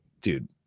dude